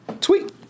tweet